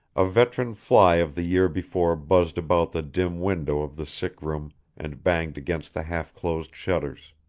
a veteran fly of the year before buzzed about the dim window of the sick-room and banged against the half-closed shutters.